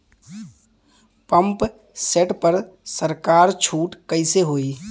Pump set पर सरकार छूट कईसे होई?